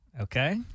Okay